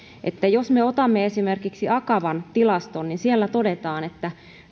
jos me otamme esimerkiksi akavan tilaston siellä todetaan että